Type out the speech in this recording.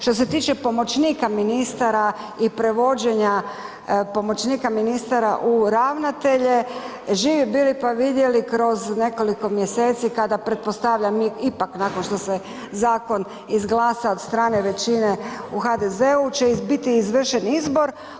Što se tiče pomoćnika ministara i prevođenja pomoćnika ministara u ravnatelje, živi bili pa vidjeli kroz nekoliko mjeseci, kada pretpostavljam ipak nakon što se zakon izglasa od strane većine u HDZ-u će biti izvršen izbor.